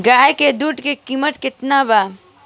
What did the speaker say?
गाय के दूध के कीमत केतना बा?